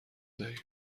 دهیم